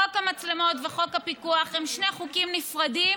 חוק המצלמות וחוק הפיקוח הם שני חוקים נפרדים,